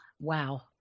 Wow